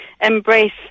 embrace